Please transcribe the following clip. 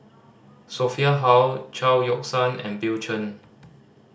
Sophia Hull Chao Yoke San and Bill Chen